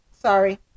Sorry